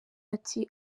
ati